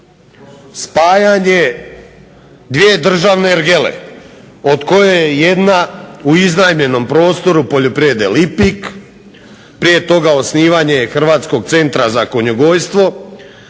spajanje dvije državne ergele od koje je jedna u iznajmljenom prostoru Poljoprivrede Lipik. Prije toga osnivanje Hrvatskog centra za konjogojstvo,